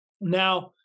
Now